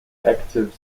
active